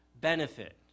Benefit